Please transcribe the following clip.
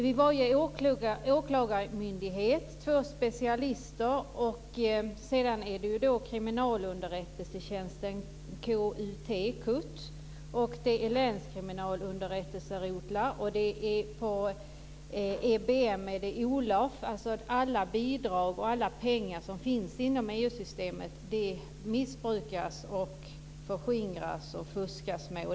Vid varje åklagarmyndighet ska det vara två specialister. Sedan har vi kriminalunderrättelsetjänsten, har vi OLAF. Alla bidrag och alla pengar som finns inom EU-systemet missbrukas, förskingras och fuskas med.